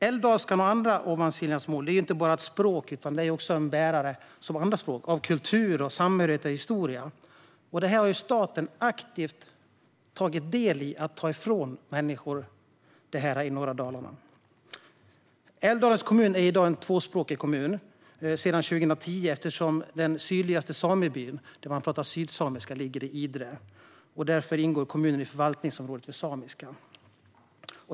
Älvdalskan och andra ovansiljansmål är inte bara språk utan också, som andra språk, bärare av kultur, samhörighet och historia. Detta har staten aktivt tagit del i att ta ifrån människor i norra Dalarna. Älvdalens kommun är sedan 2010 en tvåspråkig kommun eftersom den sydligaste samebyn, där man talar sydsamiska, ligger i Idre. Därför ingår kommunen i förvaltningsområdet för samiska.